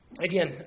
again